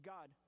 God